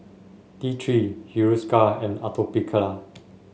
T Three Hiruscar and Atopiclair